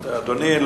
אדוני,